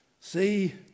See